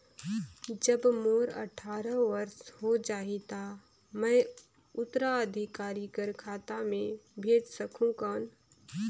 जब मोर अट्ठारह वर्ष हो जाहि ता मैं उत्तराधिकारी कर खाता मे भेज सकहुं कौन?